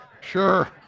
sure